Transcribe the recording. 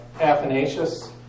Athanasius